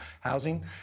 housing